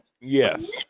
Yes